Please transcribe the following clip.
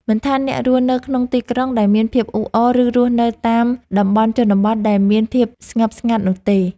មិនថាអ្នករស់នៅក្នុងទីក្រុងដែលមានភាពអ៊ូអរ ឬ រស់នៅតាមតំបន់ជនបទដែលមានភាពស្ងប់ស្ងាត់នោះទេ។